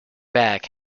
back